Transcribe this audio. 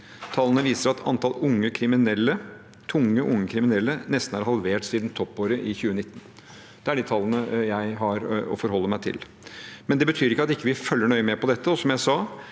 Tallene viser at antallet unge, tunge kriminelle er nesten halvert siden toppåret 2019. Det er de tallene jeg har å forholde meg til. Det betyr ikke at vi ikke følger nøye med på dette,